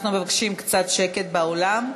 אנחנו מבקשים קצת שקט באולם,